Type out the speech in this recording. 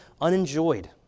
unenjoyed